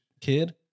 kid